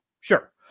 Sure